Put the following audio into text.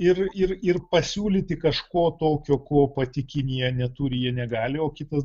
ir ir ir pasiūlyti kažko tokio ko pati kinija neturi jie negali o kitas